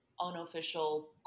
unofficial